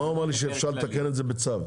הוא אמר לי שאפשר לתקן את זה בצו.